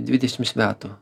dvidešimts metų